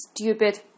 stupid